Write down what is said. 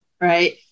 right